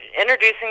Introducing